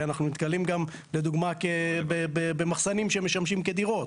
אנחנו נתקלים גם במחסנים שמשמים כדירות,